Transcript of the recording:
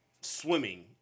swimming